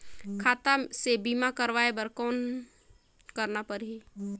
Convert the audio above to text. खाता से बीमा करवाय बर कौन करना परही?